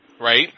Right